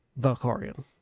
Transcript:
Valkorian